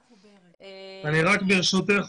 ברשותך,